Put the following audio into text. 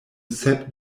sep